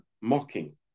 mocking